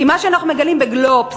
כי מה שאנחנו מגלים ב"גלובס"